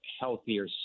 healthier